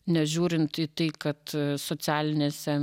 nežiūrint į tai kad socialinėse